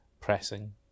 pressing